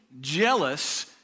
jealous